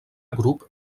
grup